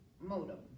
modem